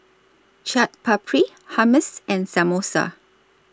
Chaat Papri Hummus and Samosa